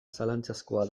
zalantzazkoa